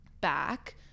back